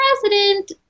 president